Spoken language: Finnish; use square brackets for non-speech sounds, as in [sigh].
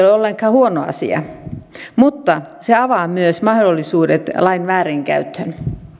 [unintelligible] ole ollenkaan huono asia mutta se avaa myös mahdollisuudet lain väärinkäyttöön